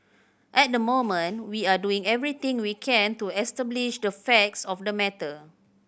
at the moment we are doing everything we can to establish the facts of the matter